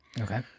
Okay